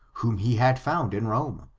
whom he had found in rome.